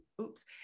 oops